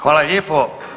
Hvala lijepo.